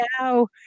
now